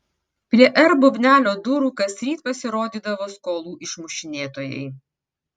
prie r bubnelio durų kasryt pasirodydavo skolų išmušinėtojai